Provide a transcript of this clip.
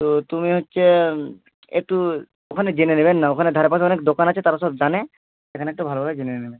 তো তুমি হচ্ছে একটু ওখানে জেনে নেবেন না ওখানে ধারেপাশে অনেক দোকান আছে তারা সব জানে সেখানে একটু ভালোভাবে জেনে নেবেন